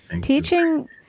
teaching